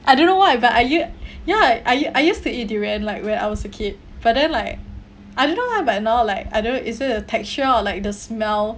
I don't know why but I ya ya I I used to eat durian like when I was a kid but then like I don't know lah but now like I don't know is it the texture like the smell